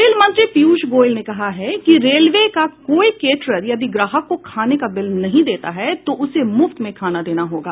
रेलमंत्री पीयूष गोयल ने कहा है कि रेलवे का कोई कैटरर यदि ग्राहक को खाने का बिल नहीं देता है तो उसे मुफ्त में खाना देना होगा